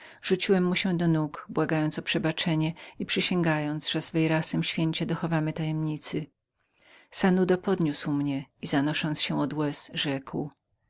rzuciłem mu się do nóg błagając go o przebaczenie i przysięgając że z veyrasem święcie dochowamy mu tajemnicy sanudo podniósł mnie i zanosząc się od łez rzekł